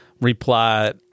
reply